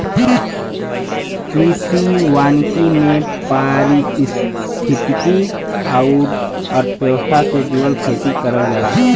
कृषि वानिकी में पारिस्थितिकी आउर अर्थव्यवस्था से जुड़ल खेती करल जाला